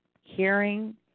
hearing